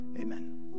Amen